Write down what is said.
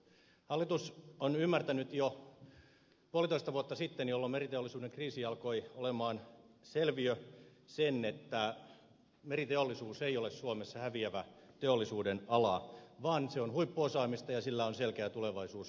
hallitus on ymmärtänyt jo puolitoista vuotta sitten jolloin meriteollisuuden kriisi alkoi olla selviö sen että meriteollisuus ei ole suomessa häviävä teollisuudenala vaan se on huippuosaamista ja sillä on selkeä tulevaisuus suomessa